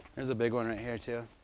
is a big one right here too!